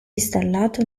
installato